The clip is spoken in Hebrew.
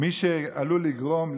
מי שעלול לגרום,